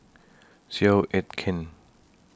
Seow Yit Kin